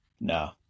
No